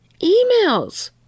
emails